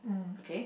okay